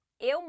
Eu